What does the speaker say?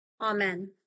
Amen